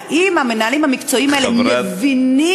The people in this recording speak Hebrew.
האם המנהלים המקצועיים האלה מבינים,